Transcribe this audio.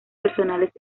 personales